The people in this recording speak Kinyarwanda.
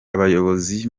abayobozi